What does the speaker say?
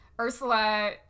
ursula